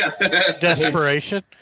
Desperation